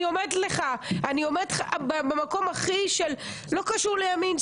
אני אומרת לך שזה לא קשור לימין,